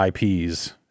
IPs